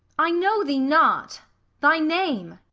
i know thee not thy name?